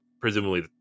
presumably